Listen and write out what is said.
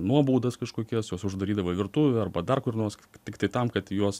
nuobaudas kažkokias juos uždarydavo į virtuvę arba dar kur nors tiktai tam kad juos